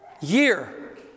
year